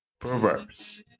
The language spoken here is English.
Proverbs